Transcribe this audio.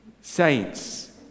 Saints